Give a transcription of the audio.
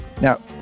Now